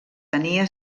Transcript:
tenia